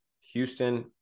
Houston